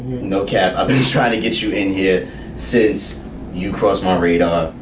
no cat. um he's trying to get you in here since you crossed my radar.